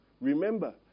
Remember